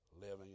living